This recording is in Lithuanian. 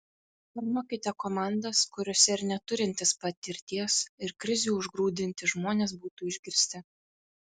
formuokite komandas kuriose ir neturintys patirties ir krizių užgrūdinti žmonės būtų išgirsti